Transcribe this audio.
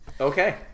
Okay